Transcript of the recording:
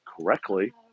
correctly